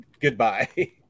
Goodbye